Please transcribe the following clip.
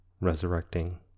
resurrecting